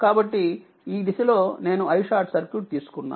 కాబట్టిఈ దిశలోనేనుiSC తీసుకున్నాను